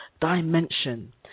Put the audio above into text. dimension